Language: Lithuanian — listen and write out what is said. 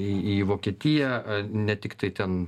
į į vokietiją ne tiktai ten